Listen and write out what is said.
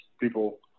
People